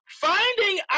finding